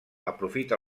aprofita